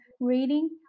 reading